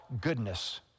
goodness